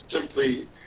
simply